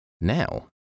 now